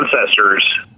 ancestors